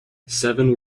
seven